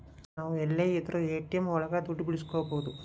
ನಾವ್ ಎಲ್ಲೆ ಇದ್ರೂ ಎ.ಟಿ.ಎಂ ಒಳಗ ದುಡ್ಡು ಬಿಡ್ಸ್ಕೊಬೋದು